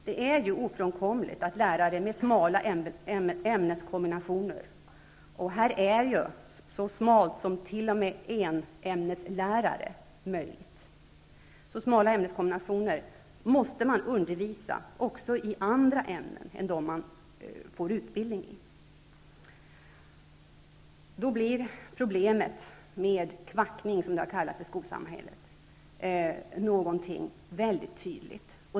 Det är ofrånkomligt att lärare med smala ämneskombinationer -- här är även enämneslärare möjligt -- även måste undervisa i andra ämnen än de ämnen som de har fått utbildning för. Problemet med kvackning, som det har kallats i skolsamhället, blir då mycket tydligt.